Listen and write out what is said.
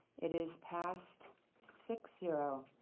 it is passed six zero.